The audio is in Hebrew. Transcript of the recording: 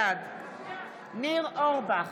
בעד ניר אורבך,